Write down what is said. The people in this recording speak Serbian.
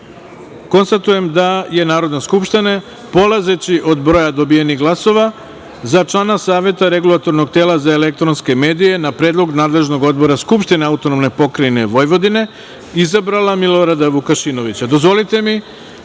159.Konstatujem da je Narodna skupština, polazeći od broja dobijenih glasova, za člana Saveta Regulatornog tela za elektronske medije na predlog nadležnog odbora Skupštine AP Vojvodine izabrala Milorada Vukašinovića. Dozvolite